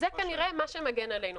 זה כנראה מה שמגן עלינו.